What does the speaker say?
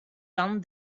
done